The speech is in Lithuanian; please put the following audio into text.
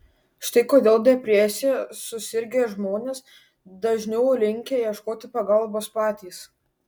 štai kodėl depresija susirgę žmonės dažniau linkę ieškoti pagalbos patys